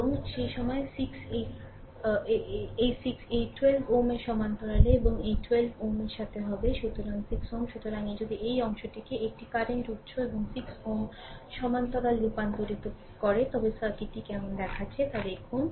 এবং সেই সময়ে এই 6 এই 12 Ω এর সমান্তরালে এবং এই 12 Ω এর সাথে হবে Ω সুতরাং যদি এই অংশটিকে একটি কারেন্ট উত্স এবং 6 Ω সমান্তরাল রূপান্তরিত করে তবে সার্কিটটি কেমন দেখাচ্ছে তা দেখুন